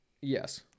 Yes